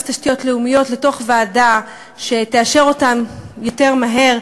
תשתיות לאומיות לתוך ועדה שתאשר אותן יותר מהר,